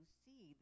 see